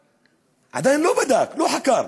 עדיין לא בדק, לא חקר.